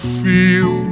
feel